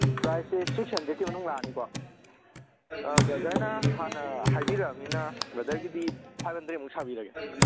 ꯄ꯭ꯔꯥꯁꯁꯦ ꯁꯤꯛꯁ ꯍꯟꯗ꯭ꯔꯦꯗꯀꯤ ꯃꯅꯨꯡ ꯂꯥꯛꯑꯅꯤꯀꯣ ꯕ꯭ꯔꯗꯔꯅ ꯍꯥꯟꯅ ꯍꯥꯏꯕꯤꯔꯛꯑꯝꯅꯤꯅ ꯕ꯭ꯔꯗꯔꯒꯤꯗꯤ ꯐꯥꯏꯚ ꯍꯟꯗ꯭ꯔꯦꯗꯃꯨꯛ ꯁꯥꯕꯤꯔꯒꯦ